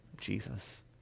Jesus